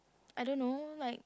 I don't know like